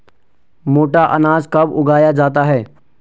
मोटा अनाज कब उगाया जाता है?